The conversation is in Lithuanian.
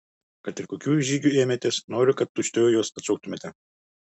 kad ir kokių žygių ėmėtės noriu kad tučtuojau juos atšauktumėte